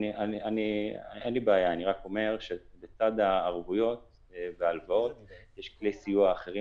אני רק אומר שלצד הערבויות וההלוואות יש כלי סיוע אחרים